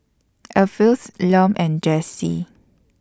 Alpheus Lum and Jesse